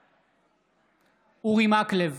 בעד אורי מקלב,